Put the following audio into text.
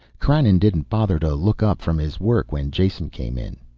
krannon didn't bother to look up from his work when jason came in.